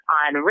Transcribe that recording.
on